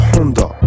Honda